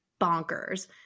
bonkers